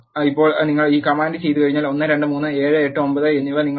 ഇപ്പോൾ നിങ്ങൾ ഈ കമാൻഡ് ചെയ്തുകഴിഞ്ഞാൽ 1 2 3 7 8 9 എന്നിവ നിങ്ങളുടെ